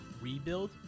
rebuild